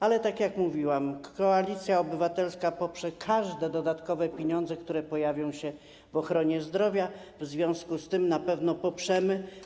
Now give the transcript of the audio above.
Ale tak jak mówiłam, Koalicja poprze każde dodatkowe pieniądze, które pojawią się w ochronie zdrowia, w związku z tym na pewno to poprzemy.